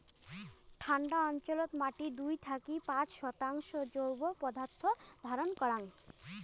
ঠান্ডা অঞ্চলত মাটি দুই থাকি পাঁচ শতাংশ জৈব পদার্থ ধারণ করাং